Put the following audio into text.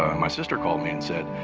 my sister called me and said,